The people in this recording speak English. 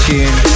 Tune